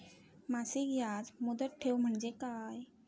मासिक याज मुदत ठेव म्हणजे काय?